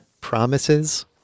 promises